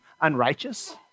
unrighteous